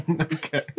Okay